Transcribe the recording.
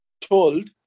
told